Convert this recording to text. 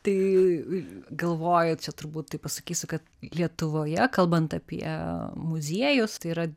tai galvoju čia turbūt taip pasakysiu kad lietuvoje kalbant apie muziejus tai yra